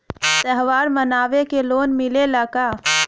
त्योहार मनावे के लोन मिलेला का?